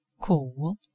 cool